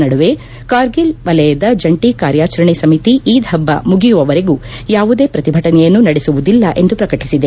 ನಡುವೆ ಕಾರ್ಗಿಲ್ ವಲಯದ ಜಂಟಿ ಕಾರ್ಯಾಚರಣೆ ಸಮಿತಿ ಈದ್ ಹಬ್ಲ ಮುಗಿಯುವವರೆಗೂ ಯಾವುದೇ ಪ್ರತಿಭಟನೆಯನ್ನು ನಡೆಸುವುದಿಲ್ಲ ಎಂದು ಪ್ರಕಟಿಸಿದೆ